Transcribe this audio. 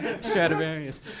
Stradivarius